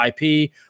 IP